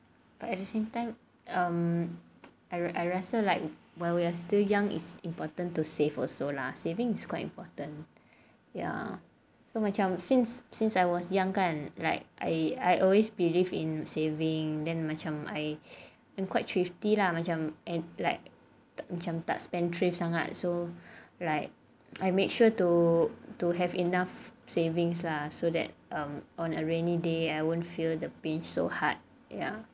at the same time um I rasa like while we're still young important to save also lah saving is quite important ya ya so macam since since I was young kan I always believe in saving then macam I am quite thrifty lah macam and like macam tak spendthrift sangat so like I made sure to to have enough savings lah so that on a rainy day I won't feel the pain so hard ya